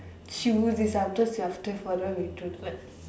choose this after after further research like